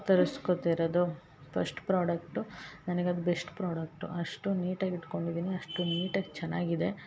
ತರಸ್ಕೊತಿರೋದು first product ನನ್ಗೆ ಅದು best product ಅಷ್ಟು ನೀಟಾಗಿ ಇಟ್ಕೊಂಡಿದ್ದೀನಿ ಅಷ್ಟು ನೀಟಾಗಿ ಚೆನ್ನಾಗಿದೆ